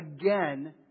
again